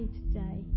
today